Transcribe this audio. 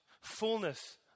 fullness